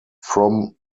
from